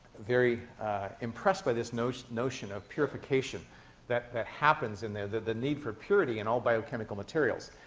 very impressed by this notion notion of purification that that happens in there, the need for purity in all biochemical materials.